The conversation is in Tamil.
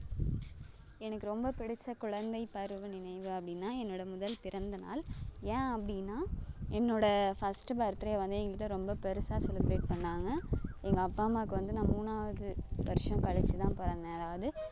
எனக்கு ரொம்ப பிடித்த குழந்தை பருவ நினைவு அப்படீன்னா என்னோடய முதல் பிறந்தநாள் ஏன் அப்படீன்னா என்னோடய ஃபஸ்ட்டு பர்த்டே வந்து எங்கள் வீட்டில் ரொம்ப பெருசாக செலிப்ரேட் பண்ணாங்க எங்கள் அப்பா அம்மாவுக்கு வந்து நான் மூணாவது வருஷம் கழிச்சு தான் பிறந்தேன் அதாவது